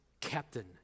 captain